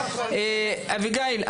אביגיל,